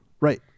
Right